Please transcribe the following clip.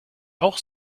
auch